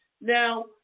Now